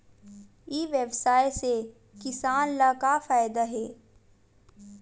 ई व्यवसाय से किसान ला का फ़ायदा हे?